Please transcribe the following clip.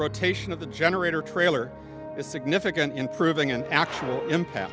rotation of the generator try is significant in proving an actual impact